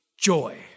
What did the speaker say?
Joy